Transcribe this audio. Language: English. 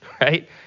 right